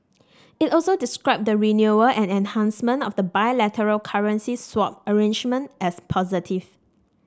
it also described the renewal and enhancement of the bilateral currency swap arrangement as positive